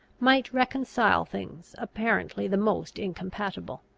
might reconcile things apparently the most incompatible.